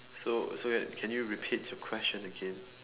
so so can you repeat your question again